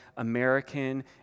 American